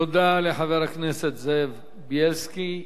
תודה לחבר הכנסת זאב בילסקי.